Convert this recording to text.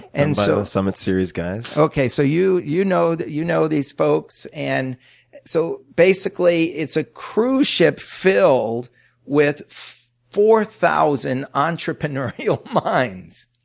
and so summit series guys. okay, so you you know you know these folks. and so basically, it's a cruise ship filled with four thousand entrepreneurial minds.